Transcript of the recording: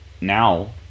now